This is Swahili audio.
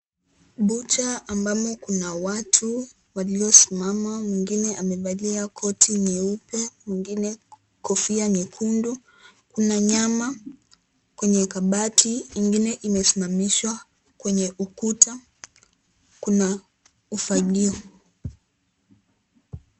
Butcher ambamo kuna watu waliosimama mwingine amevalia koti nyeupe, mwingine kofia nyekundu, kuna nyama kwenye kabati, ingine imesimamishwa, kwenye ukuta kuna ufagio.